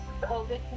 COVID